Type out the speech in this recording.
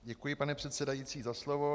Děkuji, pane předsedající, za slovo.